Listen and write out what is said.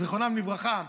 זיכרונם לברכה,